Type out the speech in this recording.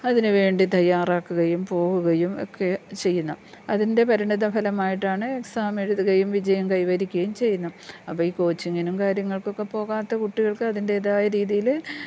അതിന് വേണ്ടി തയ്യാറാക്കുകയും പോവുകയും ഒക്കെ ചെയ്യുന്നത് അതിൻ്റെ പരിണിത ഫലമായിട്ടാണ് എക്സാം എഴുതുകയും വിജയം കൈവരിക്കുകയും ചെയ്യുന്നത് അപ്പ ഈ കോച്ചിങ്ങിനും കാര്യങ്ങൾകൊക്കെ പോകാത്ത കുട്ടികൾക്ക് അതിൻ്റേതായ രീതിയിൽ